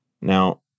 Now